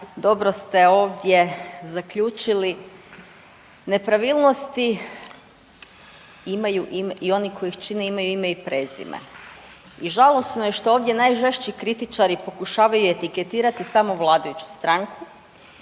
dobro ste ovdje zaključili, nepravilnosti imaju, i oni koji ih čine imaju ime i prezime i žalosno je što ovdje najžešći kritičari pokušavaju etiketirati samo vladajuću stranku